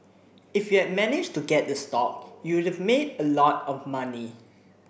if you had managed to get the stock you'd have made a lot of money